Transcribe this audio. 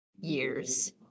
years